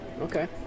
Okay